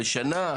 לשנה?